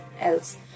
else